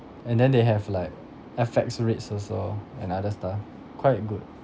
and then they have like F_X rates also and other stuff quite good